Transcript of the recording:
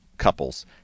couples